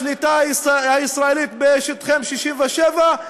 לשליטה הישראלית בשטחי 67',